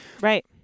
right